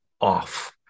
off